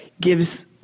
gives